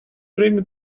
bring